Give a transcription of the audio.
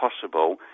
possible